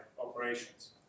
operations